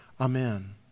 Amen